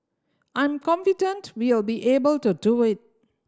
I'm confident we'll be able to do it